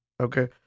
Okay